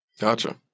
Gotcha